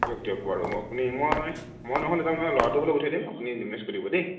দিয়ক দিয়ক বাৰু আপুনি মই মই ন'হলে নাযাম মানে ল'ৰাটোকে পঠিয়াই দিম আপুনি মেনেজ কৰি দিব দেই